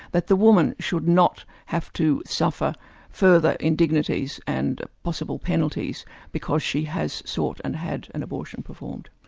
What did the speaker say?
that the woman should not have to suffer further indignities and possible penalties because she has sought and had an abortion performed.